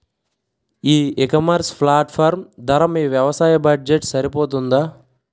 ఈ ecommerce platform ధర మీ వ్యవసాయ బడ్జెట్ సరిపోతుందా?